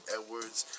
Edwards